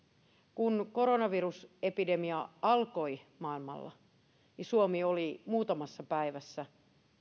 kun koronavirusepidemia alkoi maailmalla niin suomi oli muutamassa päivässä